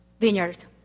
vineyard